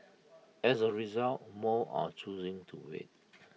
as A result more are choosing to wait